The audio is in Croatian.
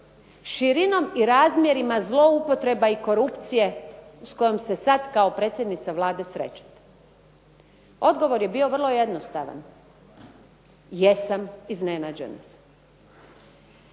širinom i razmjerima zloupotreba i korupcije s kojom se sad kao predsjednica Vlade srećete? Odgovor je bio vrlo jednostavan, jesam, iznenađena sam.